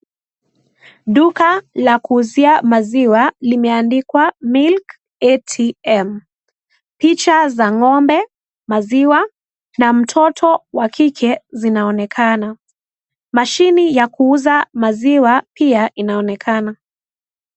Duka la kuuzia maziwa limeandikwa milk ATM picha za ng'ombe maziwa na mtoto wa kike zinaonekana mashine ya kuuza maziwa pia inaonekana.